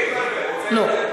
לא.